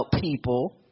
people